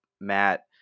Matt